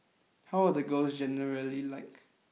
how are the girls generally like